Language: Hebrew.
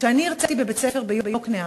כשאני הרציתי בבית-ספר ביקנעם,